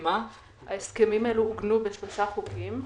ההסכמים האלה עוגנו בשלושה חוקים,